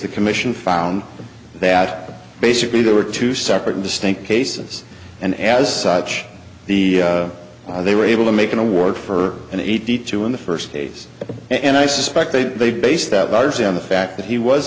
the commission found that basically there were two separate distinct cases and as such the they were able to make an award for an eighty two in the first case and i suspect that they base that largely on the fact that he was